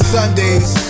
Sundays